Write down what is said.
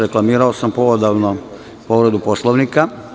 Reklamirao sam povredu Poslovnika.